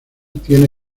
tiene